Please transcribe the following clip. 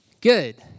Good